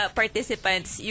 participants